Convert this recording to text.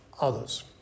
others